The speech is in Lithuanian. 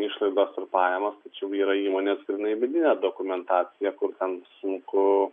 išlaidos ir pajamos tai čia jau yra įmonės vidinė dokumentacija kur ten sunku